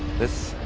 this